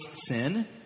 sin